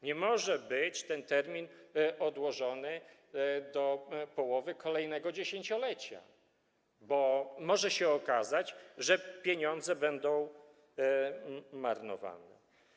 Nie może być ten termin odłożony do połowy kolejnego dziesięciolecia, bo może się okazać, że pieniądze będą marnowane.